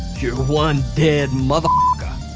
you're one dead mutha-fucka.